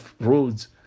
roads